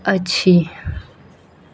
अछि